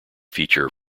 feature